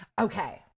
Okay